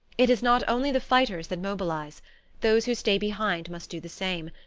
it is not only the fighters that mobilize those who stay behind must do the same.